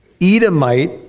Edomite